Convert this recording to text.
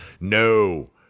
No